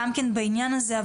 גם כן בעניין הזה.